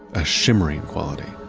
a shimmering quality.